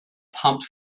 pumped